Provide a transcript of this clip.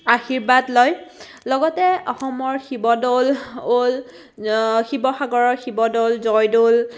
আশীৰ্বাদ লয় লগতে অসমৰ শিৱদৌল শিৱসাগৰৰ শিৱদৌল জয়দৌল